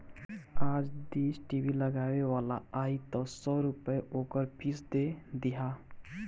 आज dish TV लगावे वाला आई तअ सौ रूपया ओकर फ़ीस दे दिहा